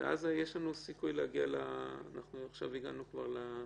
עכשיו כבר הגענו לתוספות?